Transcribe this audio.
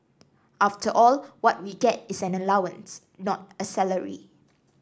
after all what we get is an allowance not a salary